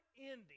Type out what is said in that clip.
ending